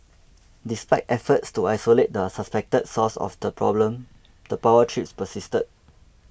despite efforts to isolate the suspected source of the problem the power trips persisted